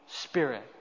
Spirit